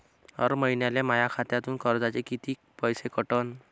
हर महिन्याले माह्या खात्यातून कर्जाचे कितीक पैसे कटन?